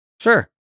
Sure